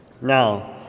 Now